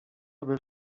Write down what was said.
aby